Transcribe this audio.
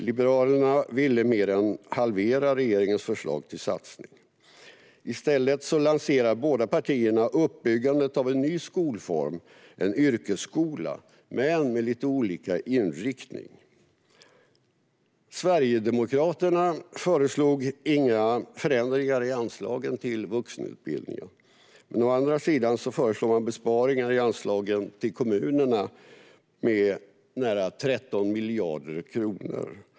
Liberalerna ville mer än halvera regeringens förslag till satsning. Båda partierna lanserar i stället uppbyggandet av en ny skolform, en yrkesskola, men med lite olika inriktningar. Sverigedemokraterna föreslog inga förändringar i anslagen till vuxenutbildningen. Men de föreslog besparingar i anslagen till kommunerna med nära 13 miljarder kronor.